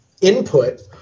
input